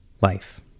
life